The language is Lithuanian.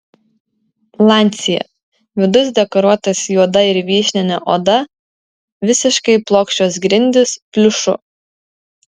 lancia vidus dekoruotas juoda ir vyšnine oda visiškai plokščios grindys pliušu